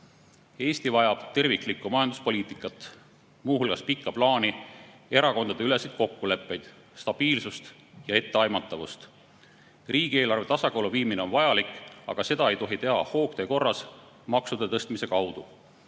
Eesti vajab terviklikku majanduspoliitikat, muu hulgas pikka plaani, erakondadeüleseid kokkuleppeid, stabiilsust ja etteaimatavust. Riigieelarve tasakaalu viimine on vajalik, aga seda ei tohi teha hoogtöö korras maksude tõstmise kaudu.